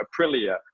Aprilia